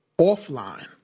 Offline